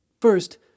First